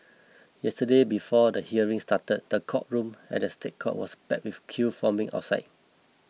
yesterday before the hearing started the courtroom at the State Courts was packed with a queue forming outside